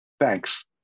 Thanks